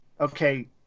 Okay